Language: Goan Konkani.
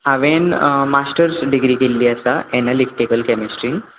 हांवेन मास्टर्स डिग्री केल्ली आसा एनालिटीकल कॅमेस्ट्रीन